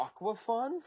Aquafun